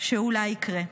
שאולי יקרה.